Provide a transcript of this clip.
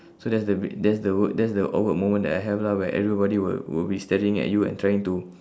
so that's the that's the w~ that's the awkward moment that I have lah where everybody will will be staring at you and trying to